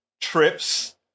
trips